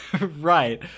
Right